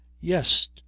Yes